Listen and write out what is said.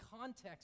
context